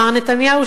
מר נתניהו,